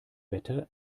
wetter